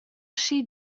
aschi